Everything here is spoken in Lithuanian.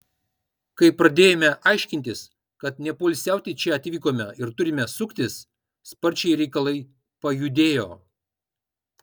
kai pradėjome aiškintis kad nepoilsiauti čia atvykome ir turime suktis sparčiai reikalai pajudėjo